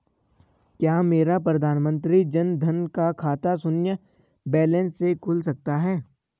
क्या मेरा प्रधानमंत्री जन धन का खाता शून्य बैलेंस से खुल सकता है?